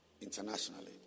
internationally